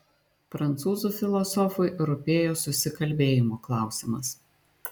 prancūzų filosofui rūpėjo susikalbėjimo klausimas